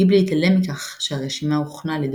גיבלי התעלם מכך שהרשימה הוכנה על ידי